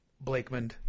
Blakeman